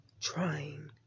trying